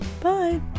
Bye